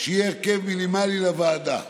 שיהיה הרכב מינימלי לוועדה.